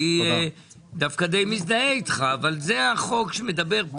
אני דווקא די מזדהה איתך אבל זה החוק שמדבר.